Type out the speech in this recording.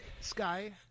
Sky